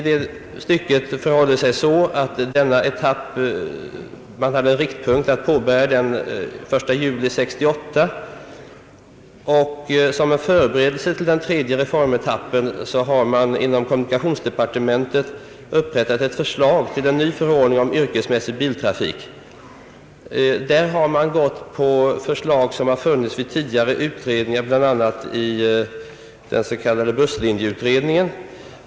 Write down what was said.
Det förhåller sig så att man hade en riktpunkt att påbörja denna etapp den 1 juli 1968, och som förberedelse till den tredje reformetappen har man inom kommunikationsdepartementet upprättat ett förslag till en ny förordning om yrkesmässig biltrafik. Detta förslag bygger på synpunkter från tidigare utredningar, bland annat den s.k. busslinjeutredningen.